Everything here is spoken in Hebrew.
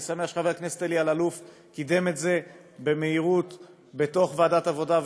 אני שמח שחבר הכנסת אלי אלאלוף קידם את זה במהירות בתוך ועדת העבודה,